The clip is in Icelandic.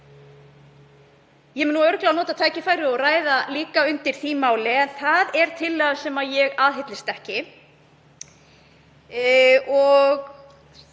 Ég mun örugglega nota tækifærið og ræða líka um það mál en það er tillaga sem ég aðhyllist ekki.